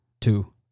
Two